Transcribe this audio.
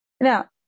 Now